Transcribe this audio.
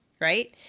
Right